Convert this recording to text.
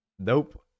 nope